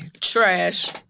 trash